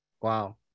Wow